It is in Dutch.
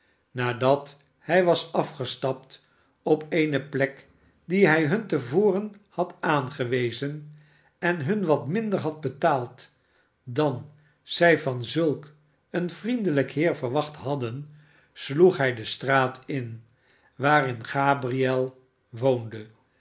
nadat hij was afgestapt op eene plek die hij hun te voren had aangewezen en hun wat minder had betaald dan zij van zulk een vriendelijk heer verwacht hadden sloeg hij de straat in waarin gabriel woonde